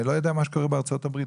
לא יודע מה קורה בארצות הברית,